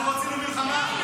אנחנו רצינו מלחמה?